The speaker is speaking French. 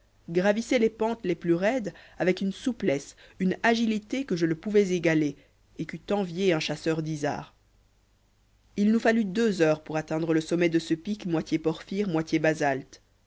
gravissait les pentes les plus raides avec une souplesse une agilité que je ne pouvais égaler et qu'eût enviée un chasseur d'isards il nous fallut deux heures pour atteindre le sommet de ce pic moitié porphyre moitié basalte